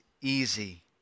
easy